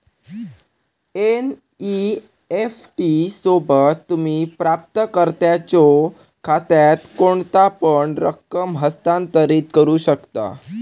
NEFT सोबत, तुम्ही प्राप्तकर्त्याच्यो खात्यात कोणतापण रक्कम हस्तांतरित करू शकता